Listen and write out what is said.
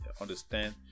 understand